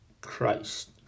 Christ